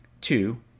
two